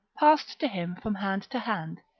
passed to him from hand to hand,